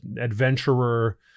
adventurer